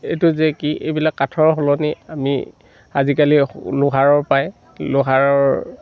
এইটো যে কি এইবিলাক কাঠৰ সলনি আমি আজিকালি লোহাৰৰ পায় লোহাৰৰ